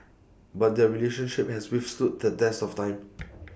but their relationship has withstood the test of time